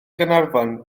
gaernarfon